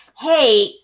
hey